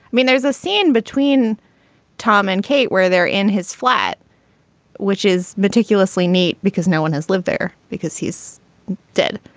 i mean there's a scene between tom and kate where they're in his flat which is meticulously neat because no one has lived there because he's dead.